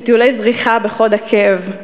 בטיולי זריחה בחוד-עקב,